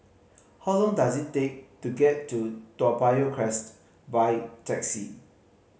how long does it take to get to Toa Payoh Crest by taxi